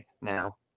now